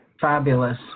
Fabulous